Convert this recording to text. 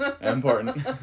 Important